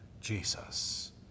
Jesus